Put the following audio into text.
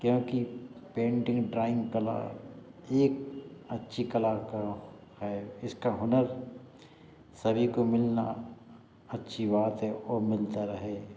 क्योंकि painting drawing कला एक अच्छी कला का है इसका हुनर सभी को मिलना अच्छी बात है और मिलता रहे